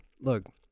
look